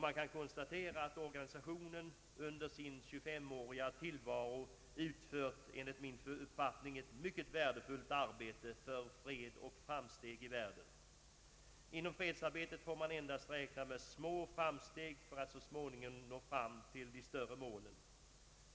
Man kan konstatera att organisationen under sin 25-åriga tillvaro utfört ett mycket värdefullt arbete för fred och framsteg i världen. Inom fredsarbetet får man endast räkna med små framsteg för att så småningom nå fram till de större målen.